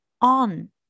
on